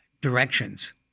directions